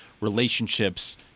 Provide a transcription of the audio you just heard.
relationships